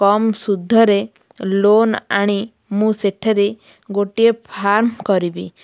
କମ୍ ସୁଧରେ ଲୋନ୍ ଆଣି ମୁଁ ସେଠାରେ ଗୋଟିଏ ଫାର୍ମ୍ କରିବି